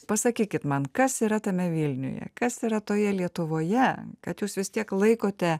pasakykit man kas yra tame vilniuje kas yra toje lietuvoje kad jūs vis tiek laikote